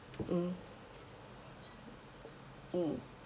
mm mm